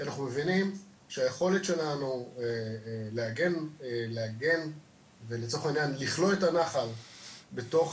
כי אנחנו מבינים שהיכולת שלנו להגן ולצורך העניין לכלוא את הנחל בתוך